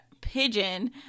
pigeon